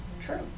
True